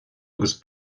agus